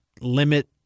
limit